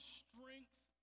strength